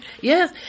Yes